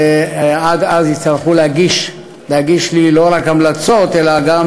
ועד אז הם יצטרכו להגיש לי לא רק בדיקה אלא גם